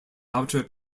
outer